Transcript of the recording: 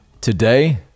today